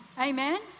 amen